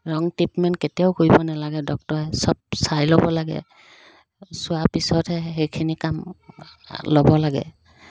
ৰং ট্ৰিটমেণ্ট কেতিয়াও কৰিব নালাগে ডক্তৰে চব চাই ল'ব লাগে চোৱা পিছতহে সেইখিনি কাম ল'ব লাগে